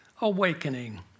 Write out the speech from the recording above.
awakening